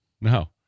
no